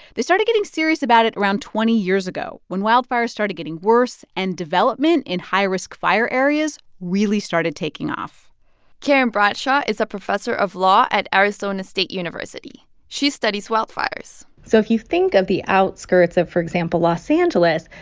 they started getting serious about it around twenty years ago when wildfires started getting worse and development in high-risk fire areas really started taking off karen bradshaw is a professor of law at arizona state university. she studies wildfires so if you think of the outskirts of, for example, los angeles,